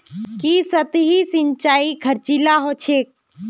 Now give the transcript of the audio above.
की सतही सिंचाई खर्चीला ह छेक